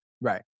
Right